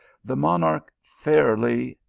the monarch fairly,